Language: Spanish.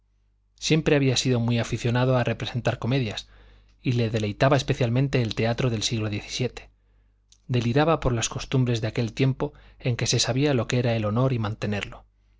siempre había sido muy aficionado a representar comedias y le deleitaba especialmente el teatro del siglo diecisiete deliraba por las costumbres de aquel tiempo en que se sabía lo que era honor y mantenerlo